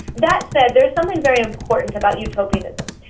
that said, there is something very important about utopianism.